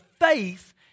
faith